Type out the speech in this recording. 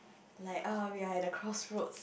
like uh we are at the crossroads